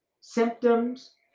symptoms